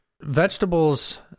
Vegetables